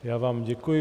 Já vám děkuji.